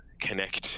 connect